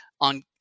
on